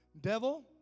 Devil